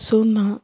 ଶୂନ